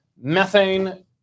Methane